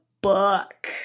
book